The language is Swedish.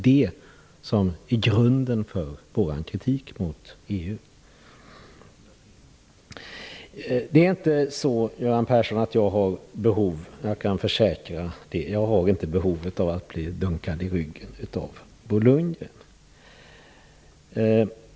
Det är grunden för vår kritik mot EU. Jag kan försäkra Göran Persson att jag inte har behov av att bli dunkad i ryggen av Bo Lundgren.